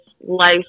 life